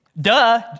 Duh